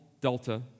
Delta